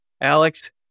Alex